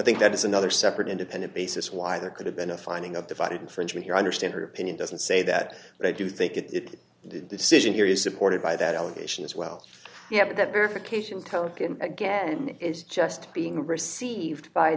think that is another separate independent basis why there could have been a finding of divided infringement you understand her opinion doesn't say that but i do think it's decision here is supported by that allegation as well yeah that verification token again is just being received by